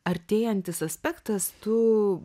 artėjantis aspektas tu